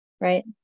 right